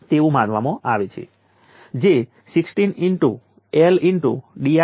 તેથી કેપેસિટર દ્વારા જોવા મળતી એનર્જી પણ એક જ વસ્તુ છે